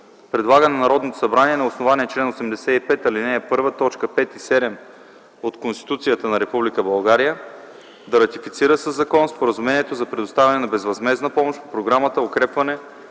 Предлага на Народното събрание на основание чл. 85, ал. 1, т. 5 и 7 от Конституцията на Република България да ратифицира със закон Споразумението за предоставяне на безвъзмездна помощ по Програмата „Укрепване